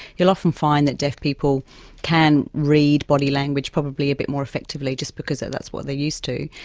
you'll often find that deaf people can read body language probably a bit more effectively, just because that's what they're used to.